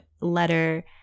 letter